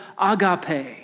agape